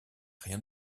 rien